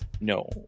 No